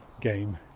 game